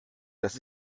das